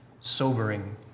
sobering